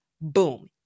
Boom